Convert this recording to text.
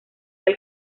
del